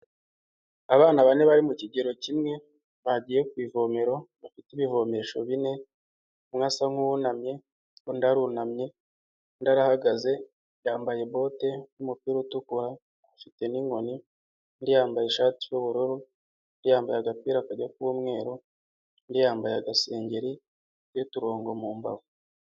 Abana bane bari mu kigero kimwe bagiye ku ivomero, bafite ibivomesho bine, umwe asa nuwunamyeundi arunamye undi arahagaze yambaye bote, n'umupira utukura afite n'inkoni undi yambaye ishati y'ubururu, yambaye agapira kajya kuba umweru undi yambaye agasengeri k'uturongo mu mbavu.